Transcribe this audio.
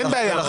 אין בעיה.